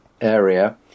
area